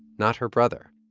not her brother.